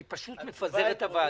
אני פשוט מפזר את הוועדה.